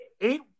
eight